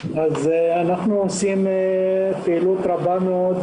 אנחנו עושים פעילות רבה מאוד